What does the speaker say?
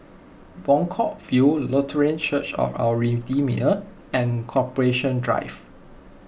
Buangkok View Lutheran Church of Our Redeemer and Corporation Drive